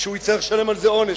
שהוא יצטרך לשלם על זה בעונש.